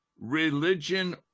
religion